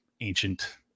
ancient